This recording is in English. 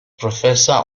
professor